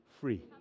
free